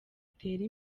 utere